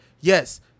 yes